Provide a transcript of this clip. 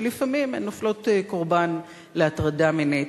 שלפעמים הן נופלות קורבן להטרדה מינית,